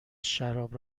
شراب